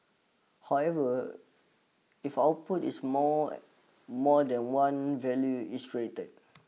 however if output is more more than one value is created